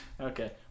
Okay